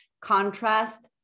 contrast